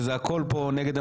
שזה הכול כאן נגד.